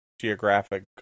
geographic